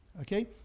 Okay